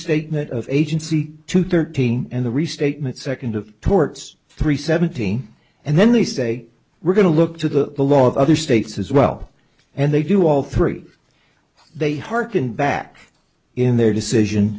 restatement of agency two thirteen and the restatement second of torts three seventeen and then they say we're going to look to the law of other states as well and they do all three they hearken back in their decision